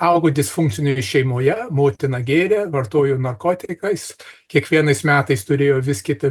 augo disfunkcinėj šeimoje motina gėrė vartojo narkotikais kiekvienais metais turėjo vis kitą